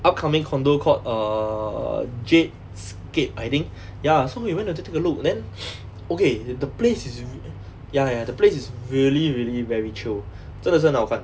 upcoming condominium called err jadescape I think ya so we went there to take a look then okay the place is ya ya the place is really really very chio 真的是很好看